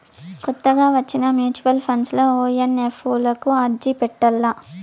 కొత్తగా వచ్చిన mutual funds లో ఓ ఎన్.ఎఫ్.ఓ లకు అర్జీ పెట్టల్ల